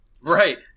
Right